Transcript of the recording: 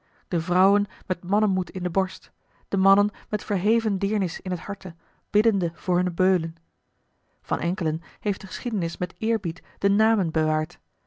de vrouwen met mannenmoed in de borst de mannen met verheven deernis in het harte biddende voor hunne beulen van enkelen heeft de geschiedenis met eerbied de namen bewaard